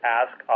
ask